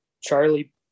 Charlie